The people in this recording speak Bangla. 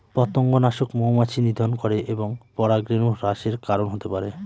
পতঙ্গনাশক মৌমাছি নিধন করে এবং পরাগরেণু হ্রাসের কারন হতে পারে